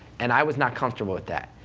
and i was not comfortable with that,